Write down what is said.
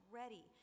ready